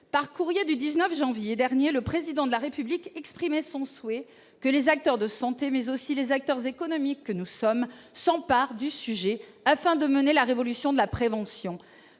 par courrier du 19 janvier dernier le président de la République, exprimé son souhait que les acteurs de santé, mais aussi les acteurs économiques que nous sommes s'empare du sujet afin de mener la révolution de la prévention